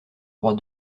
roi